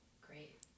great